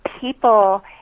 people